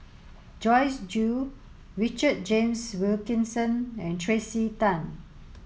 Joyce Jue Richard James Wilkinson and Tracey Tan